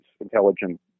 intelligent